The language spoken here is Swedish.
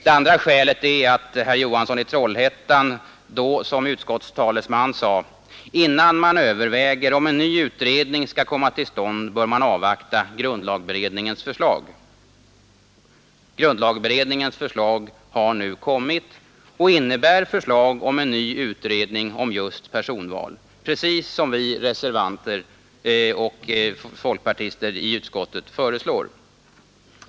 Det andra skälet är att herr Johansson i Trollhättan som utskottstalesman då sade: ”Innan man överväger om en ny utredning skall komma till stånd bör man avvakta grundlagberedningens förslag.” Det har nu kommit, och grundlagberedningen föreslår att en ny utredning skall göras om just personval, precis som vi reservanter föreslår.